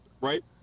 right